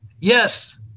yes